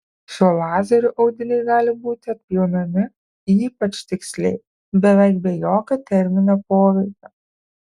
šiuo lazeriu audiniai gali būti atpjaunami ypač tiksliai beveik be jokio terminio poveikio